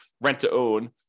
rent-to-own